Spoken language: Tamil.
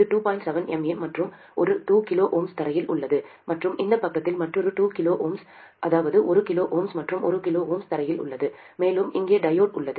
7 mA மற்றும் ஒரு 2 kΩ தரையில் உள்ளது மற்றும் இந்த பக்கத்தில் மற்றொரு 2 kΩ அதாவது 1 kΩ மற்றும் 1 kΩ தரையில் உள்ளது மேலும் இங்கே டையோடு உள்ளது